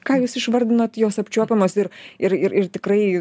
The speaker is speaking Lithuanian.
ką jūs išvardinot jos apčiuopiamos ir ir ir ir tikrai